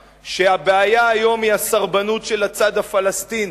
שהבעיה היום היא הסרבנות של הצד הפלסטיני,